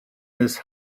his